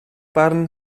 barn